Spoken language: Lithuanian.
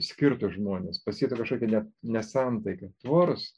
skirtų žmones pasėtų kažkokią ne nesantaiką tvoros